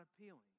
appealing